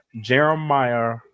Jeremiah